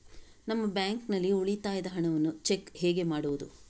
ನಮ್ಮ ಬ್ಯಾಂಕ್ ನಲ್ಲಿ ಉಳಿತಾಯದ ಹಣವನ್ನು ಚೆಕ್ ಹೇಗೆ ಮಾಡುವುದು?